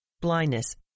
blindness